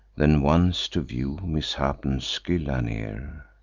than once to view misshapen scylla near,